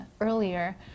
earlier